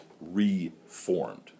reformed